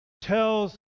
tells